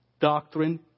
doctrine